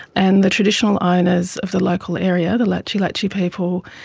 and the traditional owners of the local area, the latchi latchi people,